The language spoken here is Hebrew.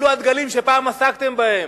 אלו הדגלים שפעם עסקתם בהם,